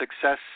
Success